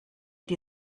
die